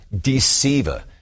deceiver